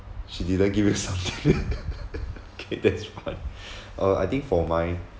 she didn't give you something okay that's quite uh I think for mine